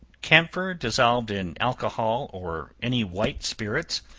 camphor dissolved in alcohol, or any white spirits,